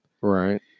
Right